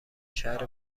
شهر